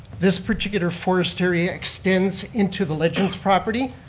this particular forest area extends into the legends property,